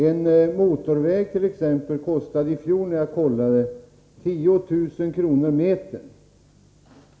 En motorväg t.ex. kostade i fjol, när jag kontrollerade det, 10 000 kr. per meter.